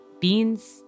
beans